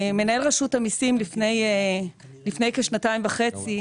לפני כשנתיים וחצי,